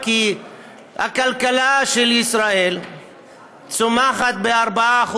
כי הכלכלה של ישראל צומחת ב-4%.